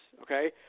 Okay